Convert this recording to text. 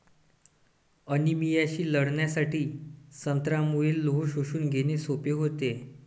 अनिमियाशी लढण्यासाठी संत्र्यामुळे लोह शोषून घेणे सोपे होते